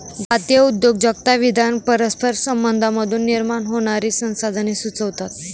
जातीय उद्योजकता विद्वान परस्पर संबंधांमधून निर्माण होणारी संसाधने सुचवतात